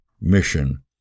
mission